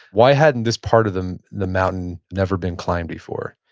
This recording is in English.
why hadn't this part of the the mountain never been climbed before?